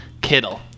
kittle